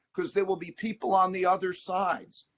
because there will be people on the other sides,